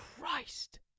Christ